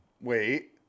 Wait